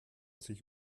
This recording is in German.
sich